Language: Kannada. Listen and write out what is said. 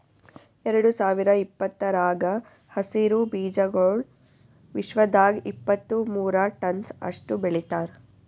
ಎರಡು ಸಾವಿರ ಇಪ್ಪತ್ತರಾಗ ಹಸಿರು ಬೀಜಾಗೋಳ್ ವಿಶ್ವದಾಗ್ ಇಪ್ಪತ್ತು ಮೂರ ಟನ್ಸ್ ಅಷ್ಟು ಬೆಳಿತಾರ್